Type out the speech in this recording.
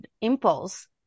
impulse